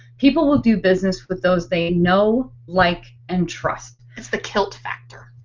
people will do business with those they know, like, and trust. its the kilt factor.